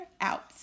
out